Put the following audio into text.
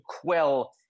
quell